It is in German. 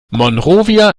monrovia